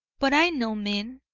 but i know men.